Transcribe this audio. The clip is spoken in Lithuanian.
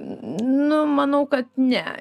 nu manau kad ne